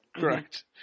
Correct